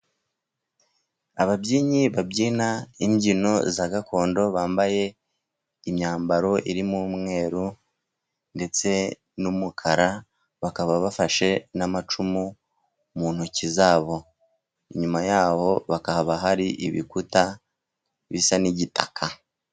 Ababyinnyi babyina imbyino za gakondo, bambaye imyambaro irimo umweru ndetse n'umukara, bakaba bafashe n'amacumu mu ntoki zabo, inyuma yabo bakaba hari ibikuta bisa n'igitaka.